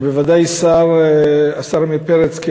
ובוודאי השר עמיר פרץ,